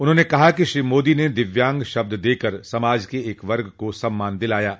उन्होंने कहा कि श्री मोदी ने दिव्यांग शब्द देकर समाज के एक वर्ग को सम्मान दिलाया है